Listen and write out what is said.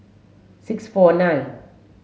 six four nine